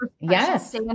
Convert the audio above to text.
yes